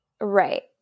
Right